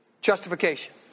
Justification